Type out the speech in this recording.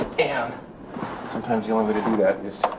and sometimes the only way to do that is